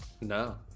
No